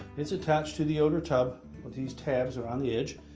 it's attached to the outer tub with these tabs around the edge.